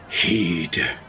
heed